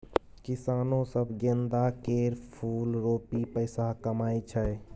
किसानो सब गेंदा केर फुल रोपि पैसा कमाइ छै